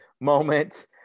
moment